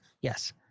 Yes